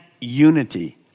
unity